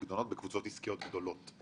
פיקדונות בקבוצות עסקיות גדולות?